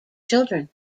children